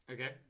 Okay